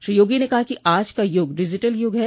श्री योगी ने कहा कि आज का युग डिजिटल युग है